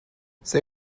say